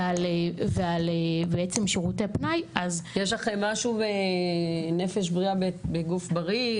ועל בעצם שירותי פנאי --- יש לכם משהו של נפש בריאה בגוף בריא?